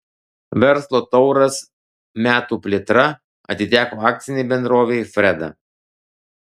verslo tauras metų plėtra atiteko akcinei bendrovei freda